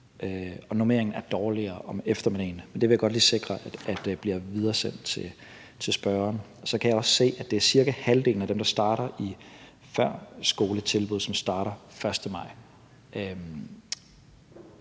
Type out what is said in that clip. at normeringen er dårligere om eftermiddagen. Men det vil jeg godt lige sikre bliver videresendt til spørgeren. Så kan jeg også se, at det er cirka halvdelen af dem, der starter i førskoletilbud, som starter den 1. maj,